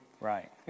Right